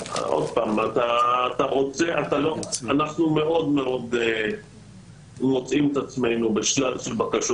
אנחנו מאוד מוצאים את עצמנו בשלל של בקשות